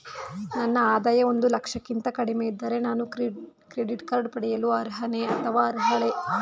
ನನ್ನ ಆದಾಯ ಒಂದು ಲಕ್ಷಕ್ಕಿಂತ ಕಡಿಮೆ ಇದ್ದರೆ ನಾನು ಕ್ರೆಡಿಟ್ ಕಾರ್ಡ್ ಪಡೆಯಲು ಅರ್ಹನೇ ಅಥವಾ ಅರ್ಹಳೆ?